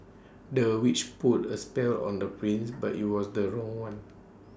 the witch put A spell on the prince but IT was the wrong one